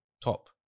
top